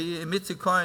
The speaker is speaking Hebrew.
עם איציק כהן,